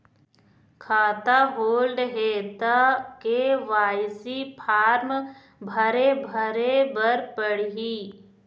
खाता होल्ड हे ता के.वाई.सी फार्म भरे भरे बर पड़ही?